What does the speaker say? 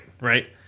right